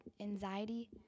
anxiety